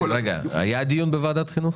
דיון בוועדת חינוך?